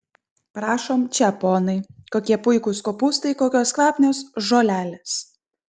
prašom čia ponai kokie puikūs kopūstai kokios kvapnios žolelės